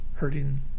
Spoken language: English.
hurting